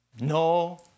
no